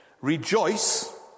Rejoice